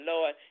Lord